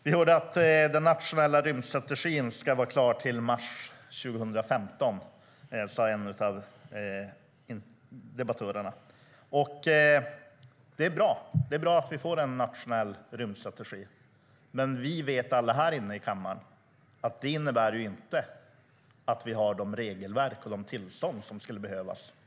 Vi hörde att den nationella rymdstrategin ska vara klar till mars 2015. Det sade en av debattörerna. Det är bra att vi får en nationell rymdstrategi. Men vi vet alla här i kammaren att det inte innebär att vi har de regelverk och tillstånd som skulle behövas.